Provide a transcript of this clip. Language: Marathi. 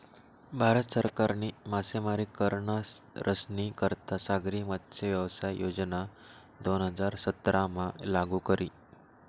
भारत सरकारनी मासेमारी करनारस्नी करता सागरी मत्स्यव्यवसाय योजना दोन हजार सतरामा लागू करी